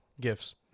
gifts